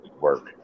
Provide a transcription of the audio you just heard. work